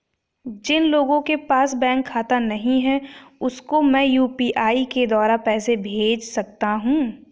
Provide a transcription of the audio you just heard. जिन लोगों के पास बैंक खाता नहीं है उसको मैं यू.पी.आई के द्वारा पैसे भेज सकता हूं?